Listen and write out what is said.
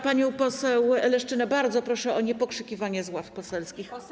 Panią poseł Leszczynę bardzo proszę o niepokrzykiwanie z ław poselskich.